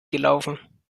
gelaufen